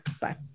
bye